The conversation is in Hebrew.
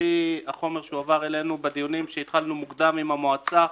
לפי החומר שהועבר אלינו בדיונים שהתחלנו מוקדם עם המועצה,